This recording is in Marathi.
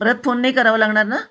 परत फोन नाही करांवा लागणार ना